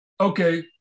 Okay